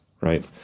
right